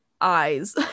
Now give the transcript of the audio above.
eyes